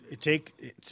take